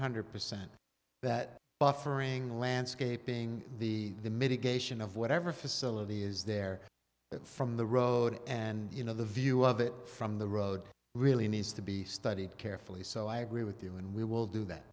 hundred percent that buffering the landscaping the the mitigation of whatever facility is there from the road and you know the view of it from the road really needs to be studied carefully so i agree with you and we will do that